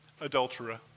adulterer